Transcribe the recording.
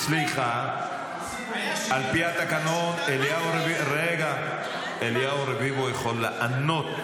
סליחה, על פי התקנות, אליהו רביבו יכול לענות.